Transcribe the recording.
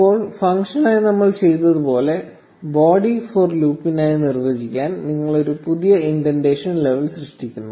ഇപ്പോൾ ഫംഗ്ഷനായി നമ്മൾ ചെയ്തതുപോലെ ബോഡി ഫോർ ലൂപ്പിനായി നിർവ്വചിക്കാൻ നമ്മൾ ഒരു പുതിയ ഇൻഡെൻറേഷൻ ലെവൽ സൃഷ്ടിക്കുന്നു